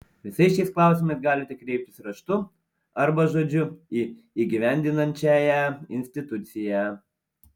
visais šiais klausimais galite kreiptis raštu arba žodžiu į įgyvendinančiąją instituciją